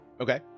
Okay